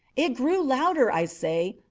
it grew louder, i say,